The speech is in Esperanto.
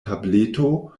tableto